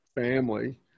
family